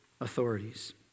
authorities